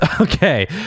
Okay